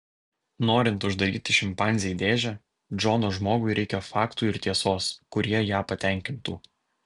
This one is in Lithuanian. norint uždaryti šimpanzę į dėžę džono žmogui reikia faktų ir tiesos kurie ją patenkintų